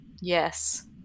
Yes